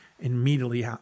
immediately